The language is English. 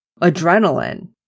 adrenaline